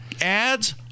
ads